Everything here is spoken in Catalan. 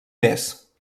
més